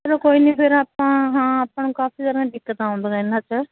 ਚੱਲੋ ਕੋਈ ਨਹੀਂ ਫਿਰ ਆਪਾਂ ਹਾਂ ਆਪਾਂ ਨੂੰ ਕਾਫ਼ੀ ਜ਼ਿਆਦਾ ਦਿੱਕਤ ਆਉਂਦੀਆਂ ਇਹਨਾਂ 'ਚ